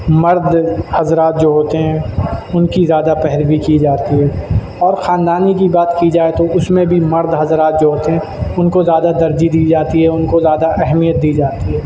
مرد حضرات جو ہوتے ہیں ان کی زیادہ پیروی کی جاتی ہے اور خاندانی کی بات کی جائے تو اس میں بھی مرد حضرات جو ہوتے ہیں ان کو زیادہ ترجیح دی جاتی ہے ان کو زیادہ اہمیت دی جاتی ہے